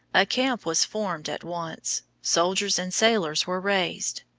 a camp was formed at once. soldiers and sailors were raised.